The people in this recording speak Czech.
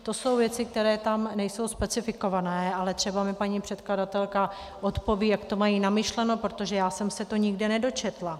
To jsou věci, které tam nejsou specifikované, ale třeba mi paní předkladatelka odpoví, jak to mají namyšleno, protože já jsem se to nikde nedočetla.